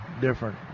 different